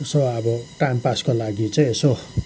यसो अब टाइम पासको लागि चाहिँ यसो